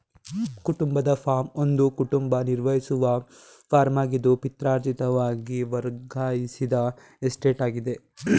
ಕುಟುಂಬದ ಫಾರ್ಮ್ ಒಂದು ಕುಟುಂಬ ನಿರ್ವಹಿಸುವ ಫಾರ್ಮಾಗಿದ್ದು ಪಿತ್ರಾರ್ಜಿತವಾಗಿ ವರ್ಗಾಯಿಸಿದ ಎಸ್ಟೇಟಾಗಿದೆ